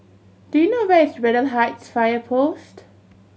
do you know where is Braddell Heights Fire Post